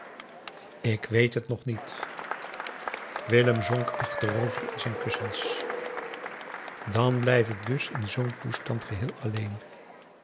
ik weet het nog niet willem zonk achterover in zijn kussens dan blijf ik dus in zoo'n toestand geheel alleen